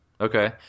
Okay